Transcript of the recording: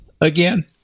again